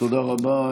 תודה רבה.